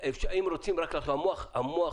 אם רוצים, המוח